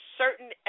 certain